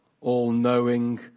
all-knowing